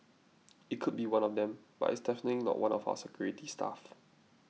it could be one of them but it's definitely not one of our security staff